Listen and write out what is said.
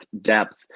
depth